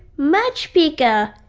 much bigger,